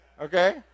Okay